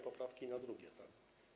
Poprawki na drugie, tak.